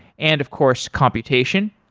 and of course, computation.